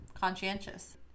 conscientious